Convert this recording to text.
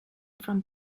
from